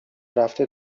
رفته